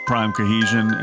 PrimeCohesion